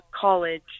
college